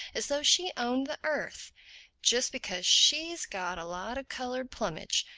as though she owned the earth just because she's got a lot of colored plumage.